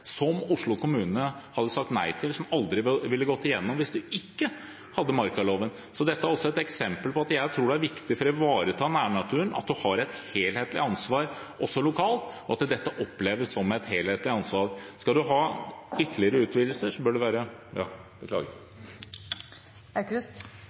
som Oslo kommune hadde sagt nei til, og som aldri ville gått igjennom hvis man ikke hadde hatt markaloven. Dette er også et eksempel på at det er viktig – tror jeg – for å ivareta nærnaturen at man har et helhetlig ansvar også lokalt, og at dette oppleves som et helhetlig ansvar. Skal man ha ytterligere utvidelse, bør det være